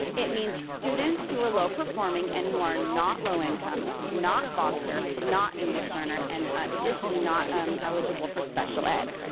it means students who are low-performing and who are not low-income, not foster, not english learner, and additionally not um eligible for special ed.